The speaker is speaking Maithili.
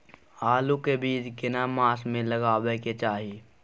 आलू के बीज केना मास में लगाबै के चाही?